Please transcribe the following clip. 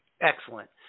Excellent